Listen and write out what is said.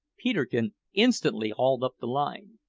peterkin instantly hauled up the line,